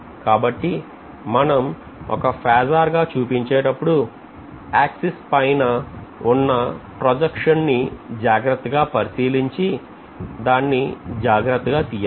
కాబట్టి మనం ఒక ఫేజార్ గా చూపించేటప్పుడు ఆక్సిస్ పైన ఉన్న ప్రాజెక్ట్ ని జాగ్రత్తగా పరిశీలించి దాన్ని జాగ్రత్తగా తీయాలి